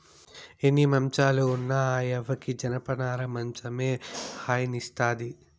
ఎన్ని మంచాలు ఉన్న ఆ యవ్వకి జనపనార మంచమే హాయినిస్తాది